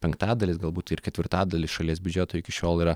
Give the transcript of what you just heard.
penktadalis galbūt ir ketvirtadalis šalies biudžeto iki šiol yra